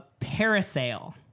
Parasail